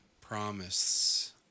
promise